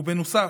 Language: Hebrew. ובנוסף,